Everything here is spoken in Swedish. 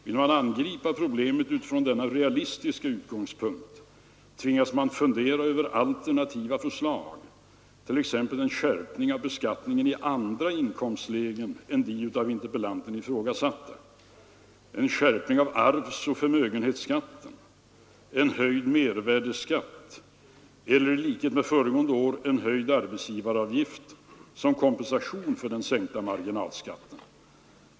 Vill man angripa problemet utifrån denna realistiska utgångspunkt tvingas man fundera över alternativa förslag, t.ex. en skärpning av beskattningen i andra inkomstlägen än de av interpellanterna ifrågasatta, en skärpning av arvsoch förmögenhetsskatten, en höjd mervärdeskatt, eller i likhet med föregående år en höjd arbetsgivaravgift som kompensation för sänkt marginalskatt.